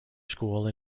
school